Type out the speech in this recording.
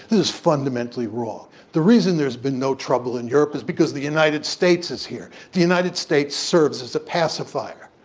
is fundamentally wrong. the reason there's been no trouble in europe is because the united states is here. the united states serves as a pacifier.